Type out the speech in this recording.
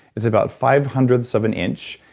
it's about five hundredths of an inch,